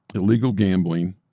illegal gambling,